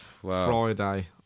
Friday